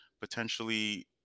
potentially